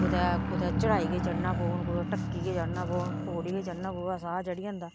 कुतै कुतै चढ़ाई के चढ़ना पौन कुतै ढक्की गै चढ़ना पवै पौढ़ी गै चढ़ना पवै साह् चढ़ी जंदा